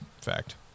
fact